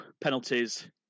penalties